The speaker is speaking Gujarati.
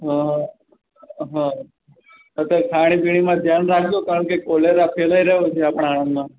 હં હં હં અત્યારે ખાણી પીણીમાં જ ધ્યાન રાખજો કારણ કે કોલેરા ફેલાઈ રહ્યો છે આપણાં આણંદમાં